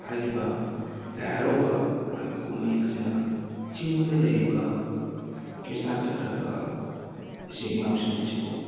ꯍꯥꯏꯔꯤꯕ ꯂꯥꯏ ꯍꯔꯥꯎꯕ ꯍꯥꯏꯕ ꯀꯨꯝꯍꯩ ꯑꯁꯤꯅ ꯆꯤꯡꯗ ꯂꯩꯔꯤꯕ ꯈ꯭ꯔꯤꯁꯇꯥꯟ ꯆꯠꯈ꯭ꯔꯕ ꯏꯆꯤꯜ ꯏꯅꯥꯎꯁꯤꯡ ꯑꯁꯤꯕꯨ